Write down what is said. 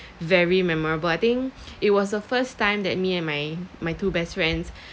very memorable I think it was the first time that me and my my two best friends